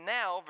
now